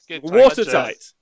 Watertight